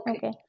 Okay